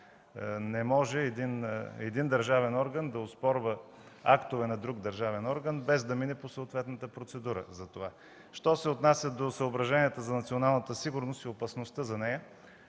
Не може един държавен орган да оспорва актове на друг държавен орган, без да мине по съответната процедура за това. Що се отнася до съображенията за националната сигурност и опасността за нея,